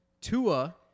Tua